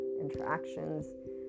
interactions